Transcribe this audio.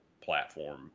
platform